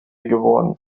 geworden